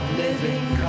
living